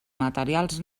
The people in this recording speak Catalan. materials